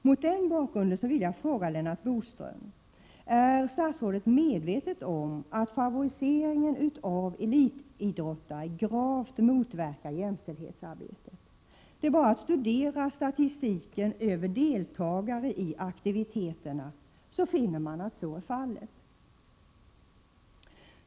Mot den bakgrunden vill jag fråga Lennart Bodström: Är statsrådet medveten om att favoriseringen av elitidrottare gravt motverkar jämställdhetsarbetet? När man studerar statistiken över dem som deltar i de olika aktiviteterna, finner man att så är fallet.